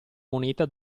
moneta